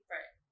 Right